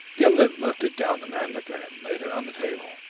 gimblet lifted down the mannlicher and laid it on the table.